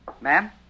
Ma'am